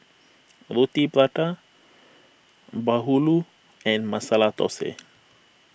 Roti Prata Bahulu and Masala Thosai